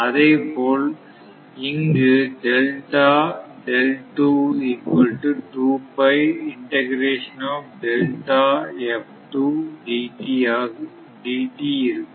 அதேபோல இங்கு இருக்கும்